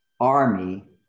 army